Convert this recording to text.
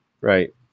right